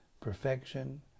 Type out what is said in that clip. perfection